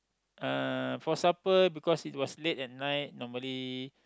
uh for supper because it was late at night normally